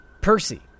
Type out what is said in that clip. percy